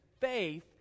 faith